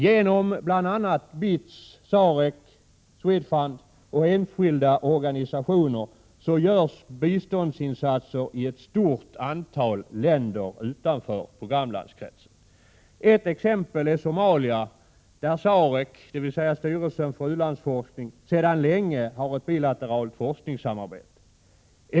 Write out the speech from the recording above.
Genom bl.a. BITS, SAREC, SWEDFUND och enskilda organisationer görs biståndsinsatser i ett stort antal länder utanför programlandskretsen. Ett exempel är Somalia, där SAREC, dvs. styrelsen för u-landsforskning, sedan länge har ett bilateralt forskningssamarbete.